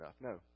No